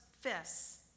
fists